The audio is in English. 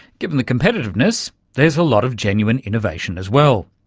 given the competitiveness, there's a lot of genuine innovation as well.